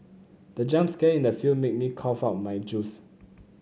the jump scare in the film made me cough out my juice